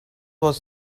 was